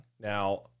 Now